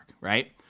right